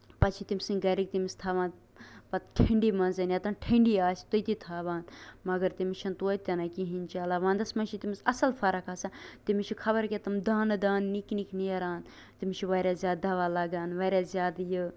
پَتہٕ چھِ تٔمۍ سٕنٛدۍ گرٕکۍ تٔمِس تھاوان پَتہٕ تٔمِس ٹھنٛڈی منٛز ییٚتین ٹھنٛڈی آسہِ تٔتی تھاوان مَگر تٔمِس چھےٚ نہٕ توتہِ تہِ نَے کِہیٖنٛۍ چلان وَنٛدس منٛز چھِ تٔمِس اَصٕل فرق آسان تٔمِس چھُ خبر کیٛاہ تِم دانہٕ دانہٕ نِکۍ نِکۍ نیران تٔمِس چھُ واریاہ زیادٕ دواہ لگان واریاہ زیادٕ یہِ